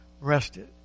rested